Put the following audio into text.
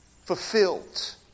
fulfilled